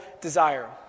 desire